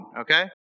okay